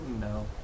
No